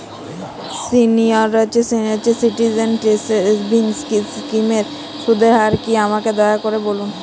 senior citizen savings স্কিমের সুদের হার কী আমাকে দয়া করে বলুন